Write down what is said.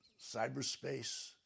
cyberspace